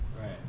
Right